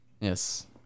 yes